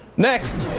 next,